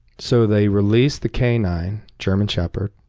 so they release the k nine, german shepherd,